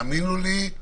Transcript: האמינו לי.